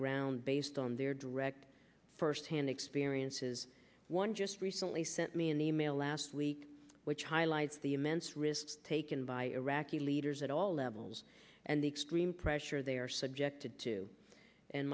ground based on their direct firsthand experiences one just recently sent me an email last week which highlights the immense risks taken by iraqi leaders at all levels and the extreme pressure they are subjected to and